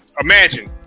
imagine